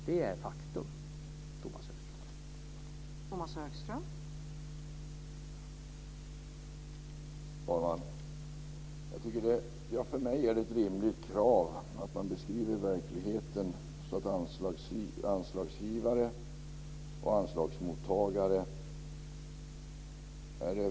Det är faktum, Tomas